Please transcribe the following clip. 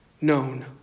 known